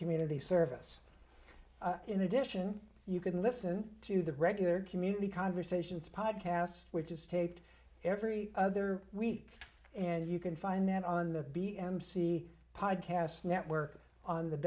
community service in addition you can listen to the regular community conversations podcast which is taped every other week and you can find them on the b m c podcast network on the